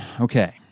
Okay